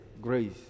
grace